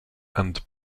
and